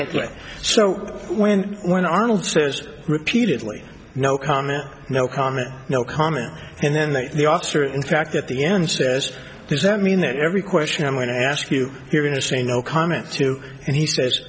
that so when when arnold says repeatedly no comment no comment no comment and then they the officer in fact at the end says does that mean that every question i'm going to ask you you're going to say no comment to and he says